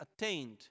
attained